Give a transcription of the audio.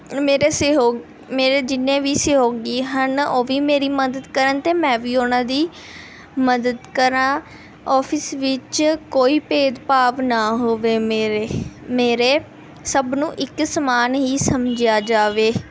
ਮੇਰੇ ਸਹਿਯੋਗ ਮੇਰੇ ਜਿੰਨੇ ਵੀ ਸਹਿਯੋਗੀ ਹਨ ਉਹ ਵੀ ਮੇਰੀ ਮਦਦ ਕਰਨ ਅਤੇ ਮੈਂ ਵੀ ਉਹਨਾਂ ਦੀ ਮਦਦ ਕਰਾਂ ਔਫਿਸ ਵਿੱਚ ਕੋਈ ਭੇਦ ਭਾਵ ਨਾ ਹੋਵੇ ਮੇਰੇ ਮੇਰੇ ਸਭ ਨੂੰ ਇੱਕ ਸਮਾਨ ਹੀ ਸਮਝਿਆ ਜਾਵੇ